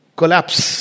collapse